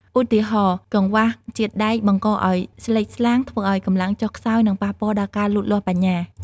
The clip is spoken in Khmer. ឧទាហរណ៍ កង្វះជាតិដែក បង្កឱ្យស្លេកស្លាំង ធ្វើឱ្យកម្លាំងចុះខ្សោយ និងប៉ះពាល់ដល់ការលូតលាស់បញ្ញា។